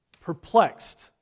perplexed